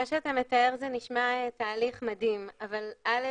מה שאתה מתאר נשמע תהליך מדהים, אבל א.